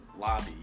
lobby